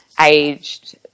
aged